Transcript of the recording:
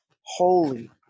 holy